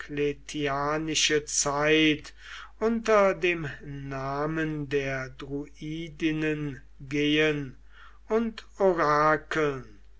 diocletianische zeit unter dem namen der druidinnen gehen und orakeln